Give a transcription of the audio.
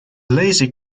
lazy